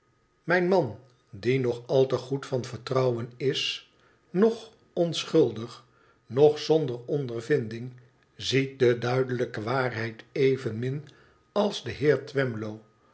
mijn man die noch al te oed van vertrouwen is noch onschuldig noch zonder ondervinding ziet de duidelijke waarheid evenmin als de heer twemlow